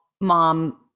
mom